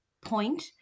point